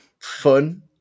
fun